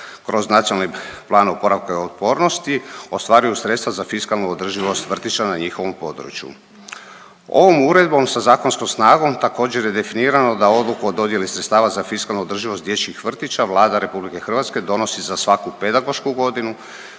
kroz Nacionalni plan oporavka i otpornosti ostvaruju sredstva za fiskalnu održivost vrtića na njihovom području. Ovom uredbom sa zakonskom snagom također je definirano da odluku o dodjeli sredstava za fiskalnu održivost dječjih vrtića Vlada RH donosi za svaku pedagošku godinu